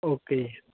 okay